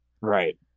Right